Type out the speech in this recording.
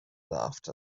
laughed